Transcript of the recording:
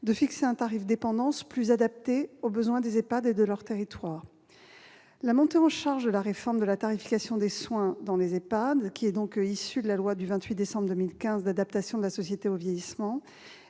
de fixer un tarif « dépendance » plus adapté aux besoins des EHPAD de leur territoire. La montée en charge de la réforme de la tarification des soins dans les EHPAD, issue de la loi du 28 décembre 2015 relative à l'adaptation de la société au vieillissement,